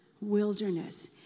wilderness